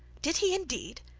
did he indeed?